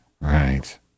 right